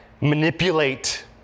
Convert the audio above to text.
manipulate